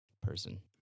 person